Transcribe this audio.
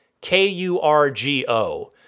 K-U-R-G-O